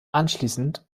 anschließend